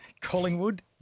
Collingwood